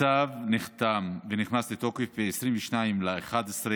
הצו נחתם ונכנס לתוקף ב-22 בנובמבר